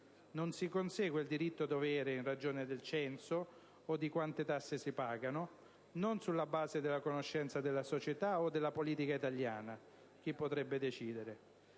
Non si consegue il diritto-dovere in ragione del censo o di quante tasse si pagano; non sulla base della conoscenza della società o della politica italiana (chi potrebbe decidere